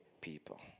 people